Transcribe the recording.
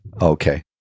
Okay